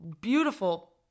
beautiful